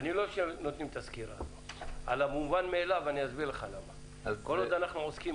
אוהב שנותנים סקירה כזאת, כי כל עוד אנחנו עוסקים